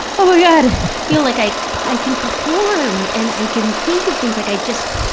oh my god! you know, like, i i can perform and i can think of things! like i just.